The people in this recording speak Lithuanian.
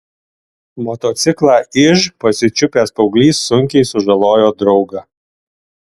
motociklą iž pasičiupęs paauglys sunkiai sužalojo draugą